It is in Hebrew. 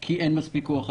כי אין מספיק כוח אדם.